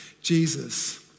Jesus